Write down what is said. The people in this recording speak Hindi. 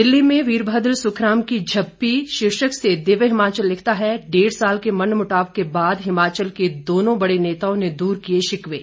दिल्ली में वीरभद्र सुखराम की झप्पी शीर्षक से दिव्य हिमाचल लिखता है डेढ़ साल के मनमुटाव के बाद हिमाचल के दोनों बड़े नेताओं ने दूर किए शिकवे